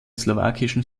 slowakischen